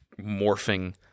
morphing